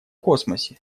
космосе